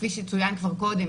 כפי שצויין כבר קודם,